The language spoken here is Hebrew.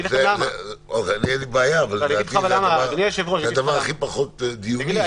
לדעתי זה הדבר הכי פחות דיוני שיש.